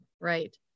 Right